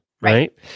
right